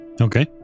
Okay